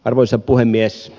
arvoisa puhemies